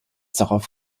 darauf